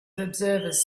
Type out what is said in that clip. observers